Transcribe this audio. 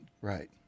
right